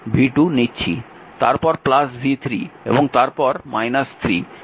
তারপর v3 এবং তারপর 3